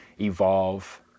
evolve